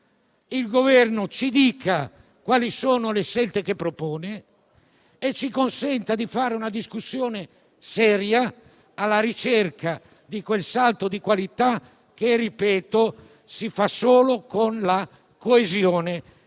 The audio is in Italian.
il Governo ci dica quali sono le scelte che propone e ci consenta di fare una discussione seria, alla ricerca di quel salto di qualità che, lo ripeto, si fa solo con la coesione